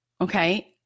Okay